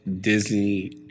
Disney